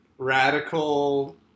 Radical